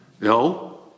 No